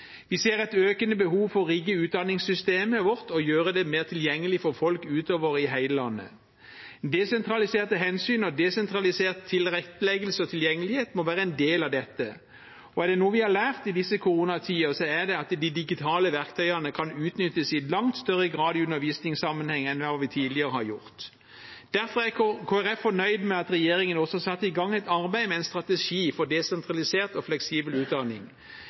Vi ser et økende behov for å rigge utdanningssystemet vårt og gjøre det mer tilgjengelig for folk utover i hele landet. Desentraliserte hensyn og desentralisert tilretteleggelse og tilgjengelighet må være en del av dette. Er det noe vi har lært i disse koronatider, er det at de digitale verktøyene kan utnyttes i langt større grad i undervisningssammenheng enn hva vi tidligere har gjort. Derfor er Kristelig Folkeparti fornøyd med at regjeringen også satte i gang et arbeid med en strategi for desentralisert og fleksibel utdanning.